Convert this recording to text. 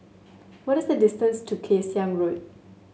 what is the distance to Kay Siang Road